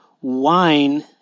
Wine